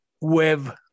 web